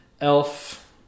Elf